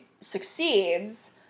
succeeds